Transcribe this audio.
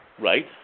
Right